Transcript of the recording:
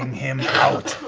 um him out.